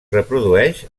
reprodueix